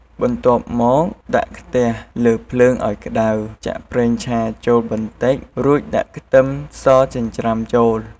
បន្ទាប់មកដាក់ខ្ទះលើភ្លើងឱ្យក្តៅ ចាក់ប្រេងឆាចូលបន្តិច រួចដាក់ខ្ទឹមសចិញ្ច្រាំចូល ។